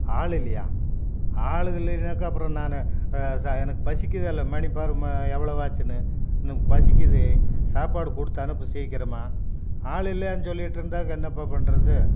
ஆள் இல்லையா ஆளு இல்லைன்னாக்கா அப்புறம் நான் எனக்கு பசிக்குதில்லா மணி பார் எவ்வளவு ஆச்சுன்னு எனக்கு பசிக்குது சாப்பாடு கொடுத்து அனுப்பு சீக்கிரமாக ஆள் இல்லைன்னு சொல்லிகிட்டு இருந்தால் என்னப்பா பண்ணுறது